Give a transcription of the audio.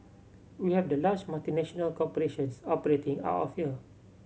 we have the large multinational corporations operating out of here